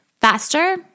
faster